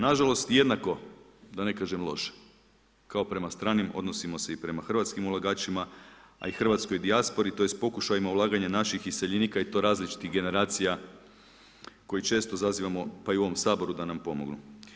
Nažalost, jednako da ne kažem loše kao prema stranim odnosimo se i prema hrvatskim ulagačima a i hrvatskoj dijaspori tj. pokušajima ulaganja naših useljenika i to različitih generacija koje često zazivamo pa i u ovom Saboru da nam pomognu.